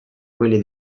quelli